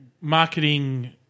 marketing